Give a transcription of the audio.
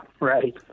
right